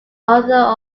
author